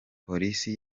polisi